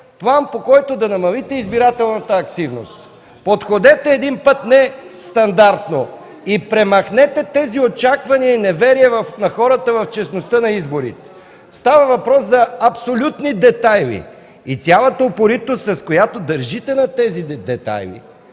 план, по който да намалите избирателната активност. Подходете един път нестандартно и премахнете тези очаквания и неверие на хората в честността на изборите. Става въпрос за абсолютни детайли и цялата упоритост, с която държите на тези детайли,